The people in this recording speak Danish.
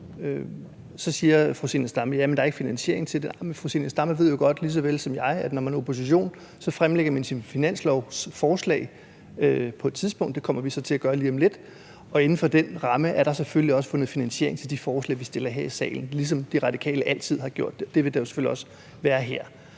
Så siger fru Zenia Stampe: Jamen der er ikke finansiering til det. Men fru Zenia Stampe ved jo godt lige så vel som mig, at når man er opposition, fremlægger man sine finanslovsforslag på et tidspunkt. Det kommer vi så til at gøre lige om lidt. Og inden for den ramme er der selvfølgelig også fundet finansiering til de forslag, vi fremsætter her i salen, ligesom De Radikale altid har gjort det. Det vil der selvfølgelig også være her.